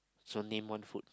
so name one food